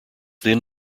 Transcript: then